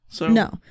No